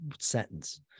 sentence